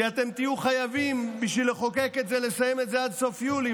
כי אתם תהיו חייבים בשביל לחוקק את זה לסיים את זה עד סוף יולי,